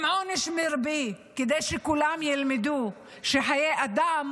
עם עונש מרבי כדי שכולם ילמדו שחיי אדם